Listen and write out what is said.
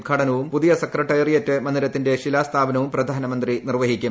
ഉദ്ഘാടനവും പുതിയ സെക്രിട്ടിയേറ്റ് മന്ദിരത്തിന്റെ ശിലാസ്ഥാപനവും പ്രധാനമന്ത്രി നിർവ്വഹിക്കും